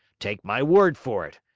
take my word for it,